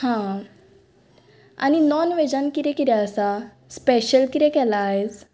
हा आनी नॉन वॅजान कितें कितें आसा स्पॅशल किरें केलां आयज